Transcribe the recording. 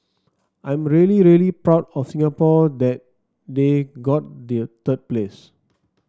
I'm really really proud of Singapore that they got the third place